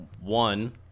one